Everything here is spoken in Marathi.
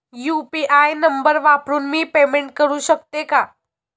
यु.पी.आय नंबर वापरून मी पेमेंट करू शकते का?